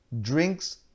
drinks